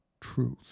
truth